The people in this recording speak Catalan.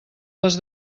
les